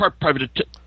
private